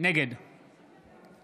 נגד